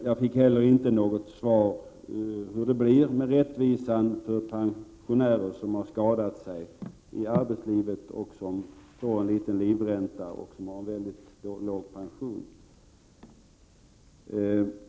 Jag fick inte heller något svar på frågan hur det blir med rättvisan för de pensionärer som har skadat sig i arbetslivet och som nu får en liten livränta och har mycket låg pension.